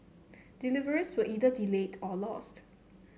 deliveries were either delayed or lost